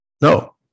No